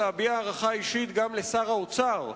להביע הערכה אישית גם לשר האוצר,